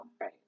Right